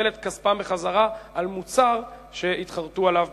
לקבל בחזרה את כספם ששולם על מוצר שהם התחרטו על קנייתו,